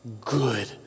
good